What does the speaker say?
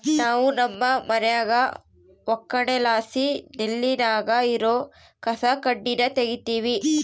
ನಾವು ನಮ್ಮ ಮನ್ಯಾಗ ಒಕ್ಕಣೆಲಾಸಿ ನೆಲ್ಲಿನಾಗ ಇರೋ ಕಸಕಡ್ಡಿನ ತಗೀತಿವಿ